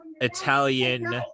italian